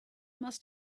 must